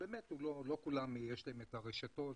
שבאמת לא לכולם יש את הרשתות,